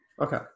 Okay